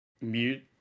Mute